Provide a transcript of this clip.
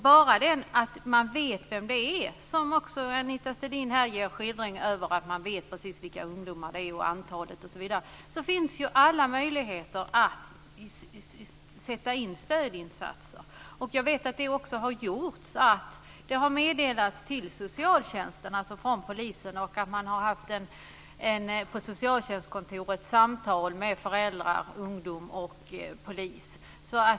Bara det att man vet vem det är, som också Anita Sidén här ger en skildring över, att man vet vilka ungdomar det är och antalet osv. gör att det finns alla möjligheter att sätta in stödinsatser. Jag vet att det har också gjorts. Det har meddelats till socialtjänsten från polisen, och man har på socialtjänstkontoret haft samtal med föräldrar, ungdom och polis.